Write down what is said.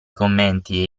commenti